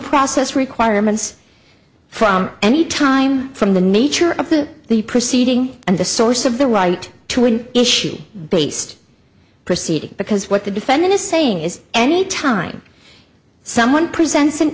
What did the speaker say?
process requirements from any time from the nature of the the proceeding and the source of the right to an issue based proceeding because what the defendant is saying is any time someone presents an